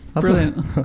Brilliant